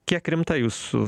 kiek rimta jūsų